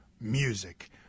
music